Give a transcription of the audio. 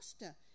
master